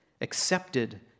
Accepted